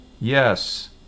Yes